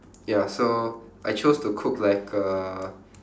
ya so I chose to cook like a